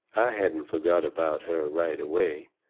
i hadn't forgot about her right away.